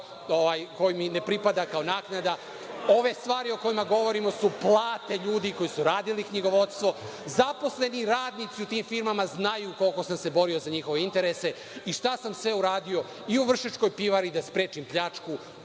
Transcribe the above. koji mi ne pripada kao naknada. Ove stvari o kojima govorimo su plate ljudi koji su radili knjigovodstvo. Zaposleni radnici u tim firmama znaju koliko sam se borio za njihove interese i šta sam sve uradio i u Vršačkoj pivari da sprečim pljačku,